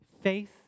faith